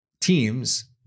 teams